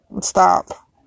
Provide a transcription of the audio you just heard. stop